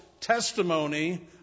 testimony